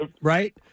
right